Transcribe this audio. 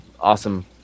awesome